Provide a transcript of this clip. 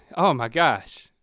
oh my gosh!